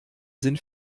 sind